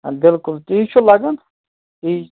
اَدٕ بِلکُل تی چھُ لَگان یی